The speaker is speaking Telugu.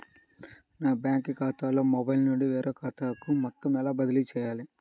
నా బ్యాంక్ ఖాతాలో మొబైల్ నుండి వేరే ఖాతాకి మొత్తం ఎలా బదిలీ చేయాలి?